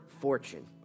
fortune